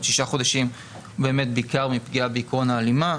ששת החודשים באמת בעיקר מפגיעה בעיקרון ההלימה.